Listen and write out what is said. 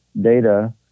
data